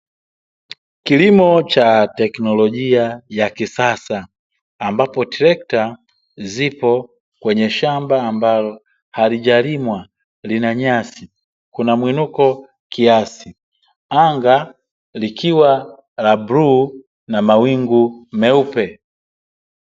Kilimo cha teknolojia ya kisasa, ambapo trekta zipo kwenye shamba ambalo halijalimwa, lina nyasi; kuna muinuko kiasi. Anga likiwa la bluu na mawingu meupe.